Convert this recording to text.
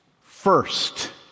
first